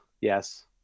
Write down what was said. yes